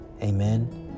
Amen